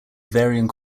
varying